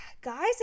guys